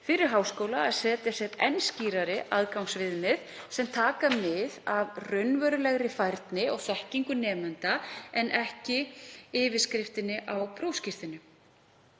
fyrir háskóla að setja sér enn skýrari aðgangsviðmið sem taka mið af raunverulegri færni og þekkingu nemenda en ekki yfirskrift á prófskírteini.